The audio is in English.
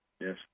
yes